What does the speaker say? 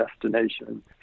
destination